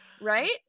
right